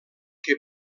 que